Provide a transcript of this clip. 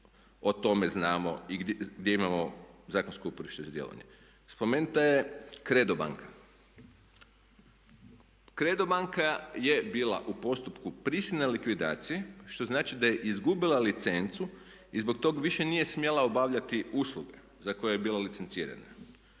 o tome znamo i gdje imamo zakonsko uporište za djelovanje. Spomenuta je CREDO banka. CREDO banka je bila u postupku prisilne likvidacije što znači da je izgubila licencu i zbog toga više nije smjela obavljati usluge za koje je bila licencirana